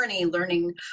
learning